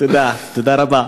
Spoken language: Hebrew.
תודה, תודה רבה.